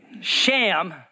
sham